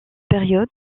période